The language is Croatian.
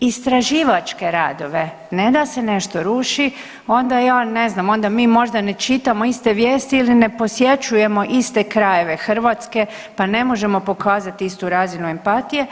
istraživačke radove, ne da se nešto ruši, onda ja ne znam, onda mi možda ne čitamo iste vijesti ili ne posjećujemo iste krajeve Hrvatske pa ne može pokazati istu razinu empatije.